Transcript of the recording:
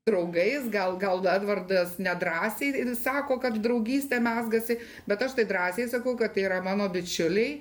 draugais gal gal edvardas nedrąsiai sako kad draugystė mezgasi bet aš tai drąsiai sakau kad yra mano bičiuliai